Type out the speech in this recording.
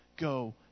go